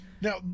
now